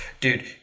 dude